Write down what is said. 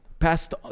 passed